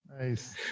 Nice